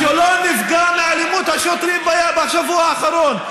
אין חבר כנסת כאן שלא נפגע מאלימות השוטרים בשבוע האחרון.